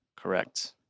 Correct